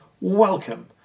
welcome